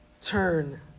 turn